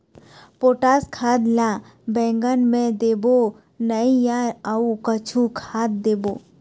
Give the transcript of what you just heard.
Potash खाद ला बैंगन मे देबो नई या अऊ कुछू खाद देबो?